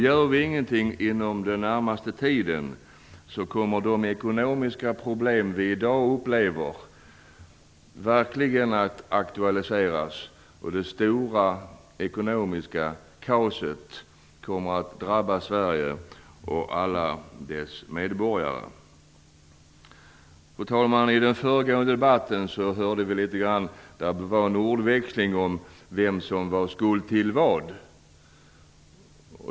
Gör vi ingenting inom den närmaste tiden kommer de ekonomiska problem vi i dag upplever verkligen att aktualiseras, och det stora ekonomiska kaoset kommer att drabba Sverige och alla dess medborgare. Fru talman! I den föregående debatten hörde vi en liten ordväxling om vem som var skuld till vad.